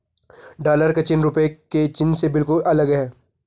dollar का चिन्ह रूपए के चिन्ह से बिल्कुल अलग है